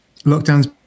Lockdown's